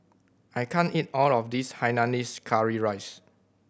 I can't eat all of this hainanese curry rice